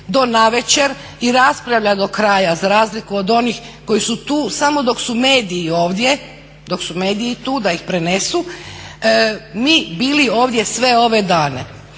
do navečer i raspravlja do kraja za razliku od onih koji su tu samo dok su mediji ovdje, da ih prenesu mi bili ovdje sve ove dane.